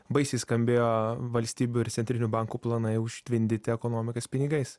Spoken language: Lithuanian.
baisiai skambėjo valstybių ir centrinių bankų planai užtvindyti ekonomikas pinigais